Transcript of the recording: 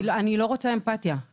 אני לא מבקשת אמפתיה.